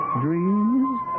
dreams